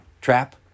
Trap